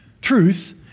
truth